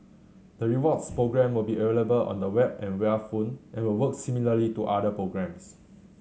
the rewards program will be available on the web and via phone and will work similarly to other programs